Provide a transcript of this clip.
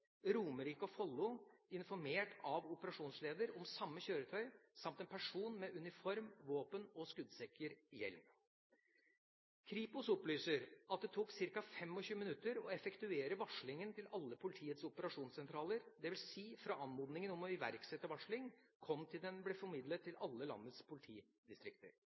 Romerike og Follo informert av operasjonsleder om samme kjøretøy samt om person med uniform, våpen og skuddsikker hjelm. Kripos opplyser at det tok ca. 25 minutter å effektuere varslingen til alle politiets operasjonssentraler, dvs. fra anmodningen om å iverksette varsling kom, til den ble formidlet til alle landets politidistrikter.